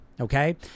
Okay